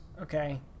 Okay